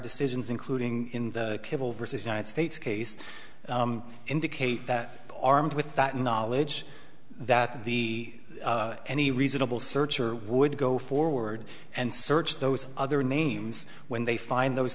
decisions including in the cable versus united states case indicate that armed with that knowledge that the any reasonable searcher would go forward and search those other names when they find those